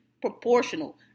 proportional